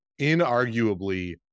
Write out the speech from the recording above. inarguably